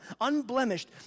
unblemished